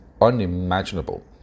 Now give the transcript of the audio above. unimaginable